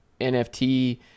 NFT